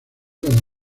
cada